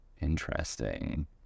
interesting